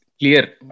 Clear